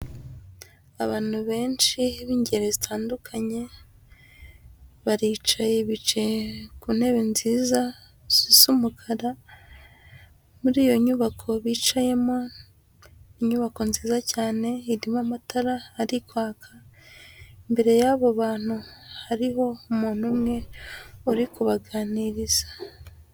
Abantu benshi b'ingeri zitandukanye baricaye bicaye ku ntebe nziza zisa umukara, muri iyo nyubako bicayemo inyubako nziza cyane, irimo amatara ari kwaka, imbere y'abo bantu hariho umuntu umwe uri kubaganiriza.